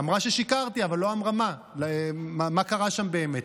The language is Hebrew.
אמרה ששיקרתי אבל לא אמרה מה, מה קרה שם באמת.